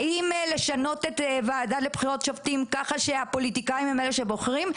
האם לשנות את הוועדה לבחירות שופטים כה שהפוליטיקאים הם אלה שבוחרים?